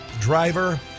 driver